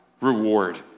reward